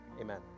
amen